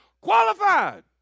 Qualified